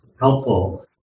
helpful